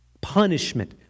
punishment